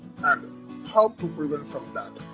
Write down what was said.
and how to prevent from that